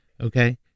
Okay